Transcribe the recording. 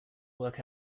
work